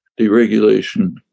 Deregulation